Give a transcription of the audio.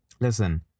listen